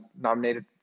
nominated